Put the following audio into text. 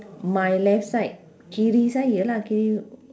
my left side kiri saya lah kiri